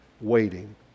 waiting